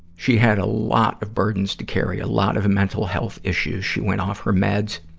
she had a lot of burdens to carry, a lot of mental health issues. she went off her meds.